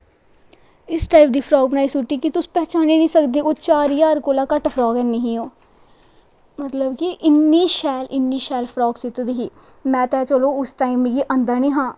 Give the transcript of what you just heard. इस टाईप दी फ्राक बनाई सुट्टी कि तुस पंछानी नि सकदे कि ओह् चार ज्हार कोला दा घट्ट फ्राक हैनी ही ओह् मतलब कि इन्नी शैल इन्नी शैल फ्राक सीती दी ही में तां चलो उस टाईम मिगी आंदा नेईं हा